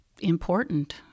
important